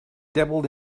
dabbled